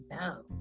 no